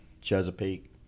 Chesapeake